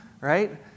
right